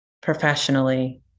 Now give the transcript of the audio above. professionally